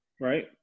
right